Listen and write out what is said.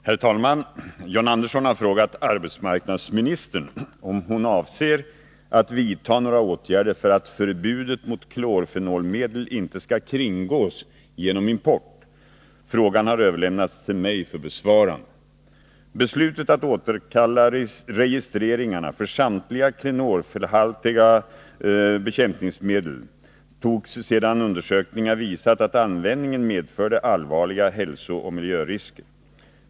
Herr talman! John Andersson har frågat arbetsmarknadsministern om hon avser att vidta några åtgärder för att förbudet mot klorfenolmedel inte skall kringgås genom import. Frågan har överlämnats till mig för besvarande. Beslutet att återkalla registreringarna för samtliga klorfenolhaltiga bekämpningsmedel togs sedan undersökningar visat att användningen medförde allvarliga hälsooch miljörisker.